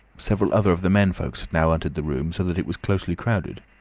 several other of the men folks had now entered the room, so that it was closely crowded.